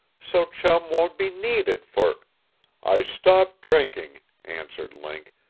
so chum won't be needed for i stopped drinking, answered link,